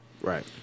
Right